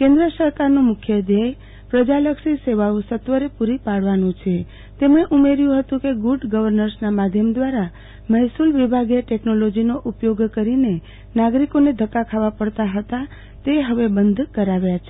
કેન્દ્ર સરકારનું મુખ્ય ધ્યેય પ્રજાલક્ષી સેવાઓ સત્વરેપુરી પાડવાનું છે તેમણે ઉમેર્યુ હતુ કે ગુડગર્વનસના માધ્ય દ્રારા મહેસુલ વિભાગે ટેકનોલોજીનો ઉપયોગ કરીને નાગરિકોને ધક્કા ખાવા પડતા હતા તે હવે બંધ કરાવ્યા છે